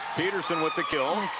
petersen with the kill.